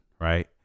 right